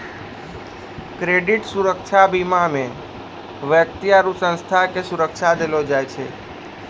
credit सुरक्षा बीमा मे व्यक्ति आरु संस्था के सुरक्षा देलो जाय छै